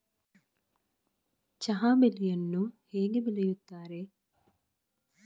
ಚಹಾ ಬೆಳೆಯನ್ನು ಹೇಗೆ ಬೆಳೆಯುತ್ತಾರೆ?